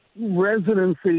residency